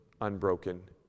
unbroken